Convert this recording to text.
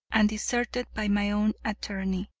and deserted by my own attorney.